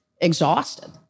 exhausted